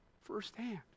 firsthand